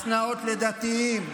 השנאות לדתיים,